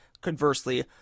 Conversely